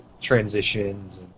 transitions